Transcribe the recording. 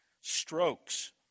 Strokes